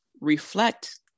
reflect